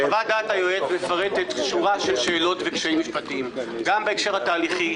חוות דעת היועץ מפרטת שורה של שאלות וקשיים משפטיים גם בהקשר התהליכי,